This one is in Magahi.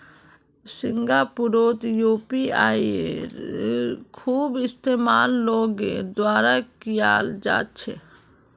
सिंगापुरतो यूपीआईयेर खूब इस्तेमाल लोगेर द्वारा कियाल जा छे